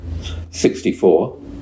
64